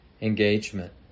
engagement